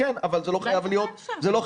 אבל זה לא חייב להיות כאן.